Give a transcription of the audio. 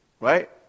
right